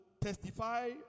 testify